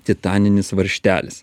titaninis varžtelis